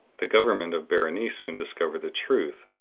the government of berenice soon discovered the truth,